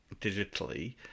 digitally